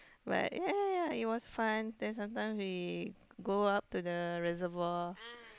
but ya ya ya it was fun then sometime we go up to the reservoir